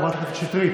חברת הכנסת שטרית,